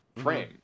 Frame